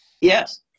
Yes